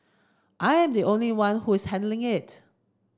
I am the only one who is handling it